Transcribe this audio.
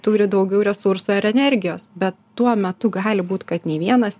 turi daugiau resursų ar energijos bet tuo metu gali būt kad nė vienas